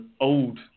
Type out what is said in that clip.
old